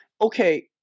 okay